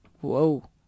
Whoa